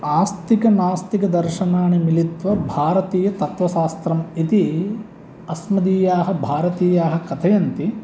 आस्तिकनास्तिकदर्शणानि मिलित्वा भारतीयतत्त्वशास्त्रम् इति अस्मदीयाः भारतीयाः कथयन्ति